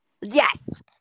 yes